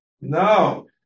No